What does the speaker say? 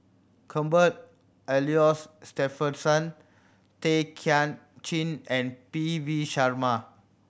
Cuthbert Aloysius Shepherdson Tay Kay Chin and P V Sharma